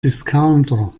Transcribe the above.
discounter